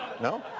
No